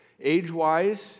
Age-wise